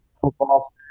football